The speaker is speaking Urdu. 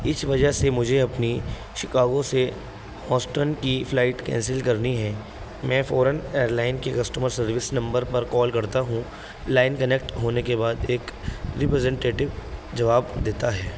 اس وجہ سے مجھے اپنی شکاگو سے ہاسٹن کی فلائٹ کینسل کرنی ہے میں فوراً ایئر لائن کے کسٹمر سروس نمبر پر کال کرتا ہوں لائن کنیکٹ ہونے کے بعد ایک ریپریزینٹیٹو جواب دیتا ہے